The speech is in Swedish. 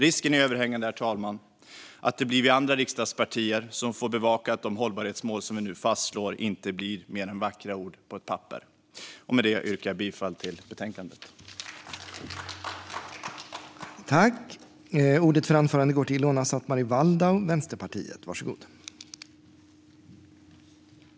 Risken är överhängande att det blir vi andra riksdagspartier som får bevaka att de hållbarhetsmål vi fastslår inte blir mer än vackra ord på ett papper. Jag yrkar bifall till utskottets förslag.